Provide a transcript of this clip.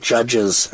Judges